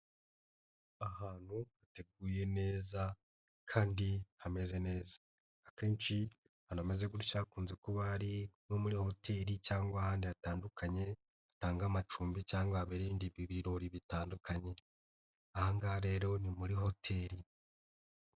Ahantu hateguye neza kandi hameze neza. Akenshi ahantu hameze gutya hakunze kuba ari nko muri hoteli cyangwa ahandi hatandukanye, batanga amacumbi cyangwa habera ibindi birori bitandukanye. Aha ngaha rero ni muri hoteli.